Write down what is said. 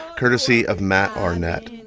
courtesy of matt arnett.